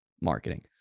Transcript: marketing